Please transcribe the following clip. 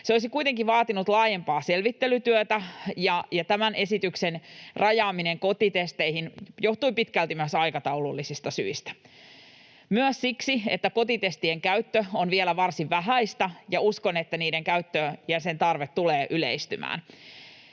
Se olisi kuitenkin vaatinut laajempaa selvittelytyötä. Tämän esityksen rajaaminen kotitesteihin johtui pitkälti aikataulullisista syistä myös siksi, että kotitestien käyttö on vielä varsin vähäistä, ja uskon, että niiden käyttö ja tarve tulevat yleistymään.